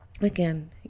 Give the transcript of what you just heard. again